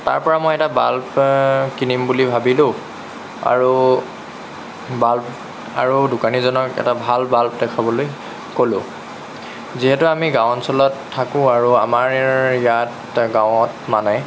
তাৰ পৰা মই এটা বাল্বব কিনিম বুলি ভাবিলোঁ আৰু বাল্বব আৰু দোকানীজনক এটা ভাল বাল্বব দেখাবলৈ ক'লোঁ যিহেতু আমি গাঁও অঞ্চলত থাকোঁ আৰু আমাৰ ইয়াত গাঁৱত মানে